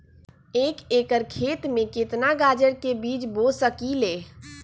एक एकर खेत में केतना गाजर के बीज बो सकीं ले?